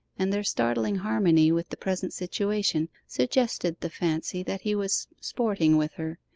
and their startling harmony with the present situation suggested the fancy that he was sporting with her,